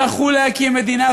זכו להקים מדינה,